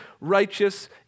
righteous